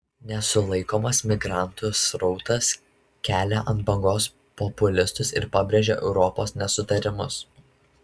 nesulaikomas migrantų srautas kelia ant bangos populistus ir pabrėžia europos nesutarimus